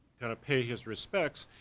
kind of pay his respects,